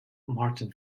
martin